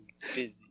busy